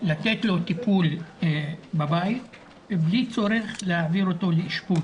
לתת לו טיפול בבית בלי צורך להעביר אותו לאשפוז.